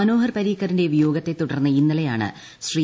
മനോഹർ പരീക്കറിന്റ വിയോഗത്തെ തുടർന്ന് ഇന്നലെയാണ് ശ്രീ